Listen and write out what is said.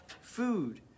food